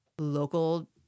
local